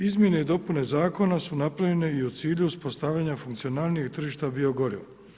Izmjene i dopuna zakona su napravljene i u cilju uspostavljanja funkcionalnijeg tržišta bio goriva.